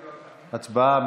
הצבעה.